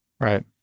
right